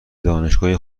دانشگاهی